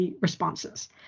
responses